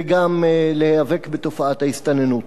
וגם להיאבק בתופעת ההסתננות.